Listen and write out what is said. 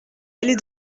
aller